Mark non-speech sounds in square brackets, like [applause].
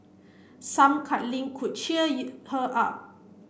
some cuddling could cheer [unintelligible] her up